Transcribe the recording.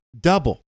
Double